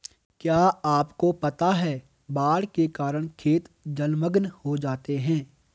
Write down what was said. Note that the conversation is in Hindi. क्या आपको पता है बाढ़ के कारण खेत जलमग्न हो जाते हैं?